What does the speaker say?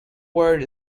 word